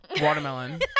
Watermelon